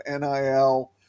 NIL